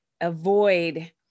avoid